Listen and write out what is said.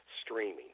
streaming